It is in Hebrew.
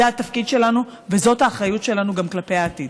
זה התפקיד שלנו וזאת האחריות שלנו, גם כלפי העתיד.